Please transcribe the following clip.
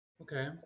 Okay